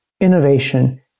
innovation